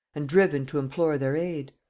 and driven to implore their aid?